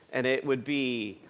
and it would be,